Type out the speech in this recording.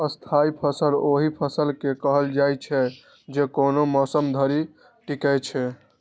स्थायी फसल ओहि फसल के कहल जाइ छै, जे कोनो मौसम धरि टिकै छै